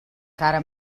cara